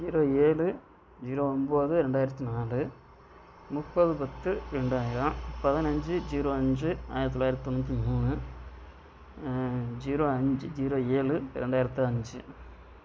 zero ஏழு zero ஒம்பது ரெண்டாயிரத்து நாலு முப்பது பத்து ரெண்டாயிரம் பதினைஞ்சி ஜீரோ அஞ்சு ஆயிரத்து தொள்ளாயிரத்து தொண்ணூற்றி மூணு ஜீரோ அஞ்சு ஜீரோ ஏழு இரண்டாயிரத்து அஞ்சு